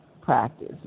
practice